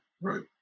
Right